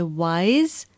wise